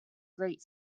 great